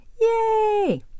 Yay